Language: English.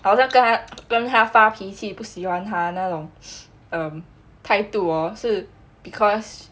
好像跟他发脾气不喜欢他那种 um 态度 hor 是 because